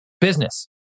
business